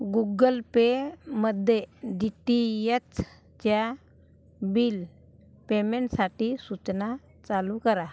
गुग्गल पेमध्ये D T यचच्या bill payment साठी सूचना चालू करा